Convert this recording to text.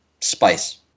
spice